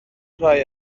rhai